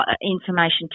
information